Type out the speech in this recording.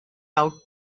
out